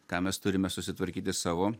ką mes turime susitvarkyti savo